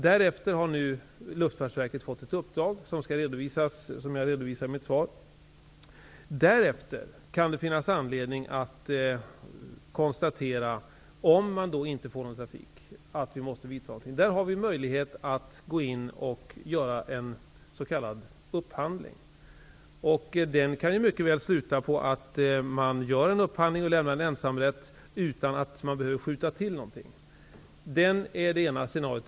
Därefter har Luftfartsverket fått ett uppdrag, vilket jag redovisar i mitt svar. Därefter kan det finnas anledning att konstatera, om man inte får någon trafik, att vi måste vidta någon åtgärd. Där har vi möjlighet att gå in och göra en s.k. upphandling. Den kan mycket väl sluta med att man lämnar en ensamrätt utan att man behöver skjuta till någonting. Det är det ena scenariet.